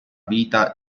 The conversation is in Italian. vita